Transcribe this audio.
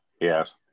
Yes